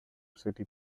city